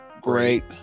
Great